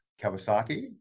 Kawasaki